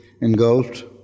engulfed